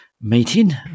meeting